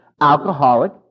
alcoholic